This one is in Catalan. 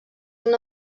una